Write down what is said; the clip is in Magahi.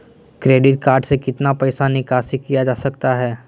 क्रेडिट कार्ड से कितना पैसा निकासी किया जा सकता है?